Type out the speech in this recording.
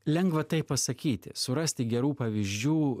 lengva taip pasakyti surasti gerų pavyzdžių